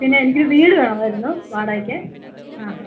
പിന്നെയെനിക്ക് വീട് വേണമായിരുന്നു വാടകക്ക് ആ ഹാ